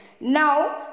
Now